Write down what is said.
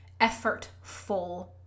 effortful